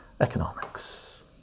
economics